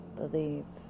believe